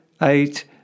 eight